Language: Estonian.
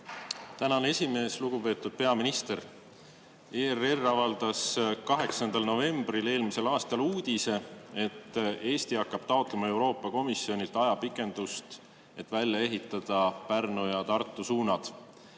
Tänan, esimees! Lugupeetud peaminister! ERR avaldas 8. novembril eelmisel aastal uudise, et Eesti hakkab taotlema Euroopa Komisjonilt ajapikendust, et välja ehitada [teed] Pärnu ja Tartu suunal.